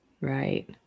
Right